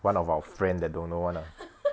one of our friend that don't know [one] lah